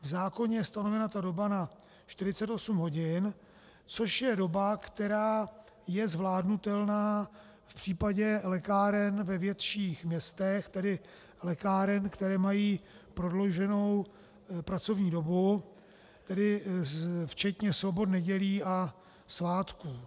V zákoně je stanovena ta doba na 48 hodin, což je doba, která je zvládnutelná v případě lékáren ve větších městech, tedy lékáren, které mají prodlouženou pracovní dobu, tedy včetně sobot, nedělí a svátků.